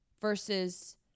versus